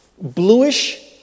bluish